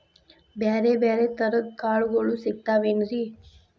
ಬ್ಯಾರೆ ಬ್ಯಾರೆ ತರದ್ ಕಾಳಗೊಳು ಸಿಗತಾವೇನ್ರಿ?